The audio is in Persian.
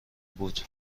بود